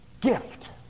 Gift